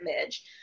image